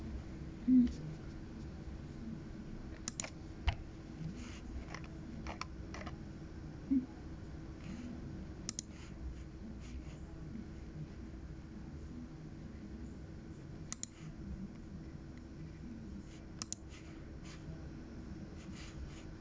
mm mm